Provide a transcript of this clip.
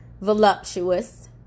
voluptuous